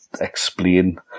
explain